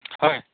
হয়